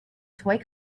toy